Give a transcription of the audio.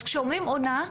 אז כשאומרים עונה,